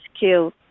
killed